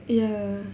ya